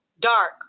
Dark